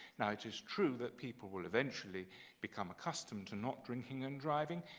now it is true that people will eventually become accustomed to not drinking and driving,